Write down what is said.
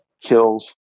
kills